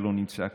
שלא נמצא כאן,